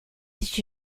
did